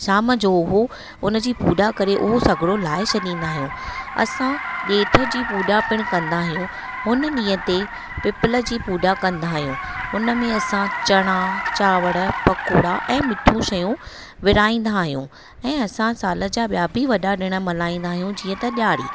शाम जो उहो उन जी पूॼा करे उहो सॻिड़ो लाइ छॾींदा आहियूं असां ॾेभ जी पूॼा पिणि कंदा आहियूं हुन ॾींहं ते पिपल जी पूॼा कंदा आहियूं हुन में असां चणा चांवर पकोड़ा ऐं मिठियूं शयूं विरिहाईंदा आहियूं ऐं असां साल जा ॿिया बि वॾा ॾिणु मल्हाईंदा आहियूं जीअं त ॾियारी